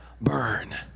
burn